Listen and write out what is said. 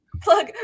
plug